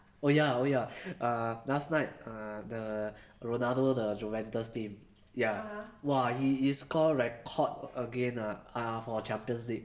oh ya oh ya err last night uh the ronaldo the juventus team ya !wah! he score record again ah err for champions league